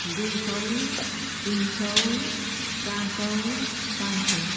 दुई सौ तिन सौ चार सौ पाँच सौ